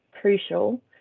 crucial